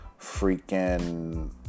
freaking